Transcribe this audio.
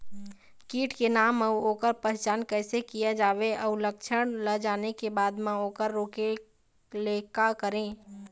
कीट के नाम अउ ओकर पहचान कैसे किया जावे अउ लक्षण ला जाने के बाद मा ओकर रोके ले का करें?